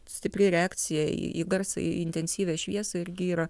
stipri reakcija į garsą į intensyvią šviesą irgi yra